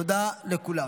תודה לכולם.